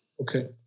Okay